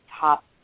top